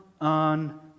on